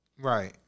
right